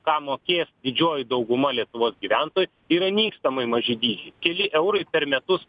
ką mokės didžioji dauguma lietuvos gyventojų yra nykstamai maži dydžiai keli eurai per metus